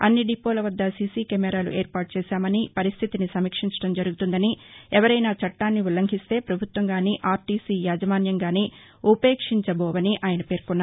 అన్ని డిపోల వద్ద సీసీ కెమెరాలు ఏర్పాటు చేసి పరిస్లితిని సమీక్షించడం జరుగుతుందని ఎవరైనా చట్టాన్ని ఉల్లంఘిస్తే పభుత్వంగానీ ఆర్టీసీ యాజమాన్యం గానీ ఉపేక్షించబోవని ఆయన పేర్కొన్నారు